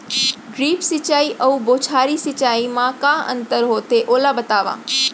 Drip सिंचाई अऊ बौछारी सिंचाई मा का अंतर होथे, ओला बतावव?